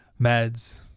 meds